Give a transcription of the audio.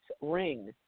ring